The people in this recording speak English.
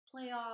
playoff